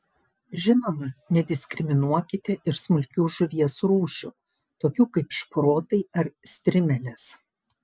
žinoma nediskriminuokite ir smulkių žuvies rūšių tokių kaip šprotai ar strimelės